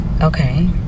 Okay